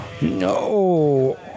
No